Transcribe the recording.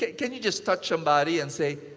can you just touch somebody and say,